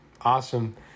Awesome